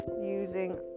using